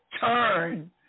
turn